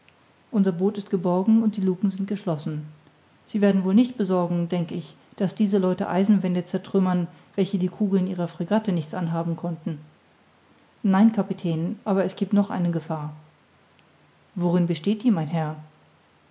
unser boot ist geborgen und die lucken sind geschlossen sie werden wohl nicht besorgen denk ich daß diese leute eisenwände zertrümmern welchen die kugeln ihrer fregatte nichts anhaben konnten nein kapitän aber es giebt noch eine gefahr worin besteht die mein herr